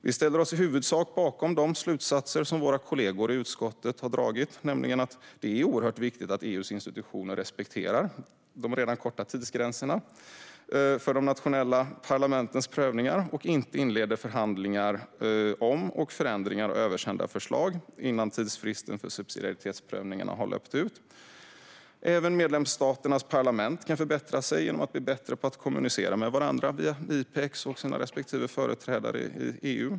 Vi ställer oss i huvudsak bakom de slutsatser som våra kollegor i utskottet har dragit, nämligen att det är oerhört viktigt att EU:s institutioner respekterar de redan korta tidsgränserna för de nationella parlamentens prövningar och inte inleder förhandlingar om och förändringar av översända förslag innan tidsfristen för subsidiaritetsprövningarna har löpt ut. Även medlemsstaternas parlament kan förbättra sig genom att bli bättre på att kommunicera med varandra via IPEX och sina respektive företrädare i EU.